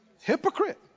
Hypocrite